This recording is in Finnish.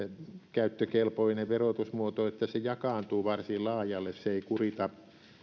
käyttökelpoinen verotusmuoto että se jakaantuu varsin laajalle se ei kurita